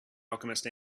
alchemist